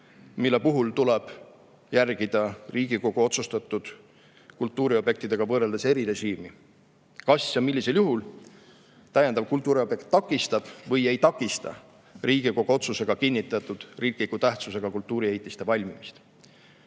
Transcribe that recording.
mille puhul tuleb järgida Riigikogu otsustatud kultuuriobjektidega võrreldes eri režiimi [ja jälgida], kas täiendav kultuuriobjekt takistab või ei takista Riigikogu otsusega kinnitatud riikliku tähtsusega kultuuriehitiste valmimist